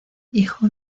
hijo